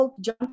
John